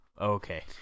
Okay